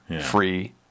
free